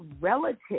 relative